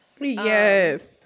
yes